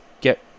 get